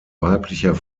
weiblicher